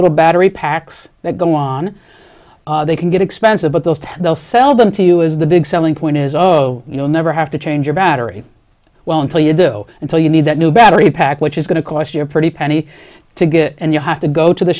little battery packs that go on they can get expensive but those they'll sell them to you as the big selling point is oh oh you know never have to change a battery well until you do until you need that new battery pack which is going to cost you a pretty penny to get and you have to go to the